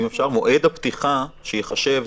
מועד הפתיחה שייחשב,